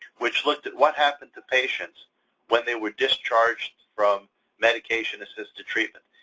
which looked at what happened to patients when they were discharged from medication-assisted treatment.